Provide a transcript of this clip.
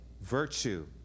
virtue